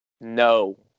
no